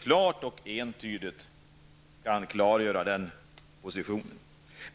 klart och entydigt kan klargöra sin position.